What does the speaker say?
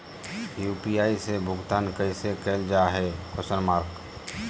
UPI से भुगतान कैसे कैल जहै?